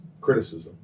criticism